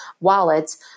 wallets